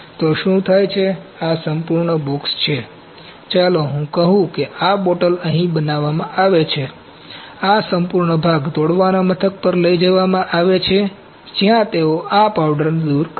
તો શું થાય છે આ સંપૂર્ણ બોક્સ છે ચાલો હું કહું કે આ બોટલ અહીં બનાવવામાં આવે છે આ સંપૂર્ણ ભાગ તોડવાના મથક પર લઈ જવામાં આવે છે જ્યા તેઓ આ પાવડરને દૂર કરશે